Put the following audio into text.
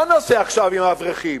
מה נעשה עכשיו עם האברכים,